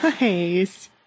nice